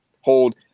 hold